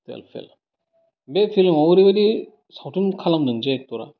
थुयेलभ फेल बे फिलिमाव ओरैबादि सावथुन खालामदों जे एक्टरा